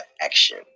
action